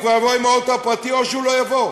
הוא כבר יבוא עם האוטו הפרטי או שהוא לא יבוא.